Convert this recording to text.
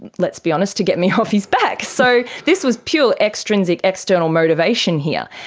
let's be honest, to get me off his back. so this was pure extrinsic external motivation here.